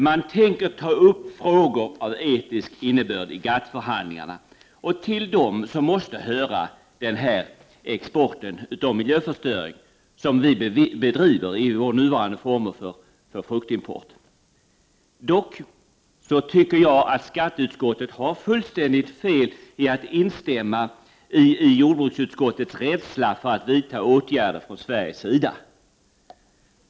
Man tänker ta upp frågor av etisk innebörd i GATT-förhandlingarna, och till dem måste höra den här exporten av miljöförstöring som vi bedriver genom våra nuvarande former för fruktimport. Dock tycker jag att skatteutskottet gör fullständigt fel i att instämma i jordbruksutskottets rädsla för att vidta åtgärder från Sveriges sida.